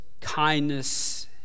kindness